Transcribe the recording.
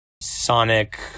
sonic